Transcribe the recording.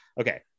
okay